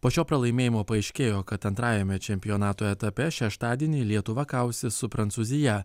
po šio pralaimėjimo paaiškėjo kad antrajame čempionato etape šeštadienį lietuva kausis su prancūzija